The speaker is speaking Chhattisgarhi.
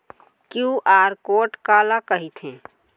क्यू.आर कोड काला कहिथे?